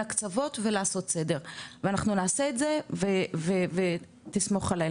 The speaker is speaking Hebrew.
הקצות ולעשות סדר ואנחנו נעשה את זה ותסמוך עליי,